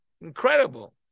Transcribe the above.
incredible